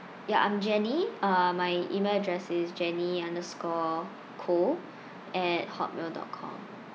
ya I'm jenny uh my email address is jenny underscore koh at hotmail dot com